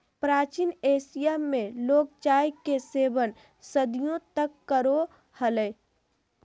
प्राचीन एशिया में लोग चाय के सेवन सदियों तक करो हलय